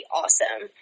awesome